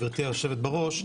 גברתי יושבת הראש,